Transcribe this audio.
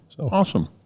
Awesome